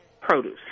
produce